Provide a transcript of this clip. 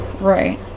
Right